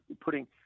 putting